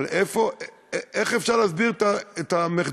אבל איך אפשר להסביר את המחדלים,